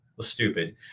stupid